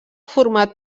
format